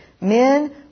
men